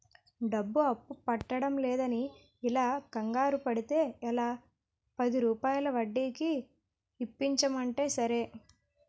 డబ్బు అప్పు పుట్టడంలేదని ఇలా కంగారు పడితే ఎలా, పదిరూపాయల వడ్డీకి ఇప్పించమంటే సరే